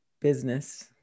business